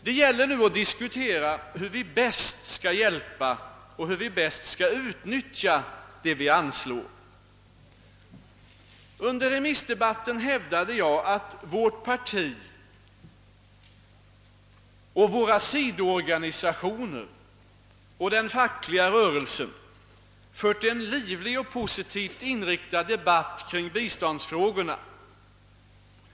Det gäller nu att diskutera hur vi bäst skall hjälpa u-länderna och hur vi bäst skall utnyttja de medel som vi anslår. Under remissdebatten hävdade jag att vårt parti, våra sidoorganisationer och den fackliga rörelsen fört en livlig och positivt : inriktad debatt om biståndsfrågorna.